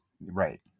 right